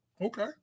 Okay